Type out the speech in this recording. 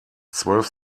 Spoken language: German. zwölf